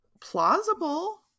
plausible